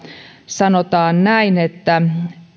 sanotaan näin